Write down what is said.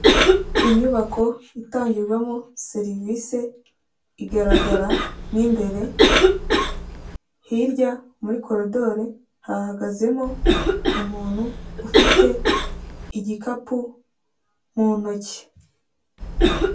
Inyubako itangirwamo serivisi igaragara mo imbere, hirya muri koridori hahagazemo umuntu ufite igikapu mu ntoki.